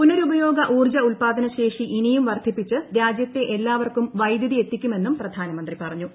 പുനരുപയോഗ ഊർജ്ജ ഉൽപാദന ശേഷി ഇനിയും വർധിപ്പിച്ച് രാജ്യത്തെ എല്ലാവർക്കും വൈദ്യുതി എത്തിക്കുമെന്നും പ്രധാനമന്ത്രി പറഞ്ഞു